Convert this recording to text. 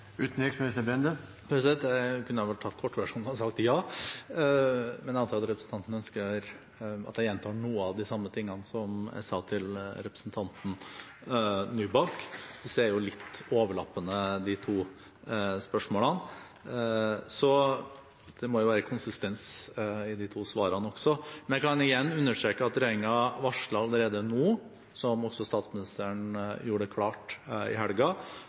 Jeg kunne vel tatt kortversjonen og sagt ja, men jeg antar at representanten ønsker at jeg gjentar noen av de samme tingene som jeg sa til representanten Nybakk. De to spørsmålene er litt overlappende, så det må jo være konsistens i de to svarene også. Jeg kan igjen understreke at regjeringen varsler allerede nå, som også statsministeren gjorde klart i